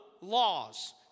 laws